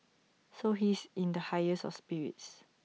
so he's in the highest of spirits